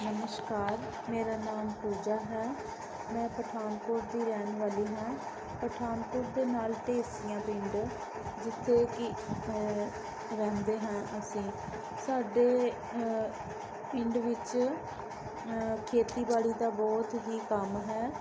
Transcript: ਨਮਸਕਾਰ ਮੇਰਾ ਨਾਮ ਪੂਜਾ ਹੈ ਮੈਂ ਪਠਾਨਕੋਟ ਦੀ ਰਹਿਣ ਵਾਲੀ ਹਾਂ ਪਠਾਨਕੋਟ ਦੇ ਨਾਲ ਢੇਸੀਆਂ ਪਿੰਡ ਜਿੱਥੇ ਕਿ ਰਹਿੰਦੇ ਹਾਂ ਅਸੀਂ ਸਾਡੇ ਪਿੰਡ ਵਿੱਚ ਖੇਤੀਬਾੜੀ ਦਾ ਬਹੁਤ ਹੀ ਕੰਮ ਹੈ